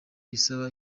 isaba